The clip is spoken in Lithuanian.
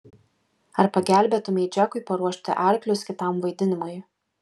ar pagelbėtumei džekui paruošti arklius kitam vaidinimui